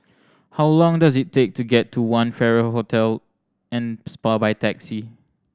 how long does it take to get to One Farrer Hotel and Spa by taxi